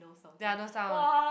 ya no sound